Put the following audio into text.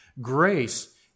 Grace